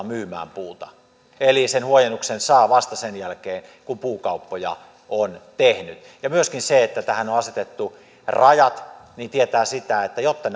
myymään puuta eli sen huojennuksen saa vasta sen jälkeen kun puukauppoja on tehnyt ja myöskin se että tähän on asetettu rajat tietää sitä että jotta